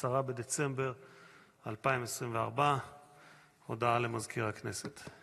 10 בדצמבר 2024. הודעה למזכיר הכנסת.